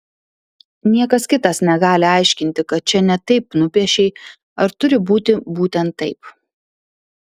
niekas kitas negali aiškinti kad čia ne taip nupiešei ar turi būti būtent taip